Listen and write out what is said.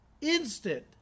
instant